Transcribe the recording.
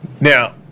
now